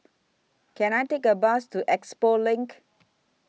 Can I Take A Bus to Expo LINK